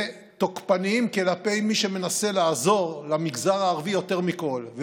ותוקפניים כלפי מי שמנסה לעזור למגזר הערבי יותר מכול,